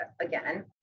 again